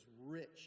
rich